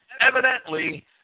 Evidently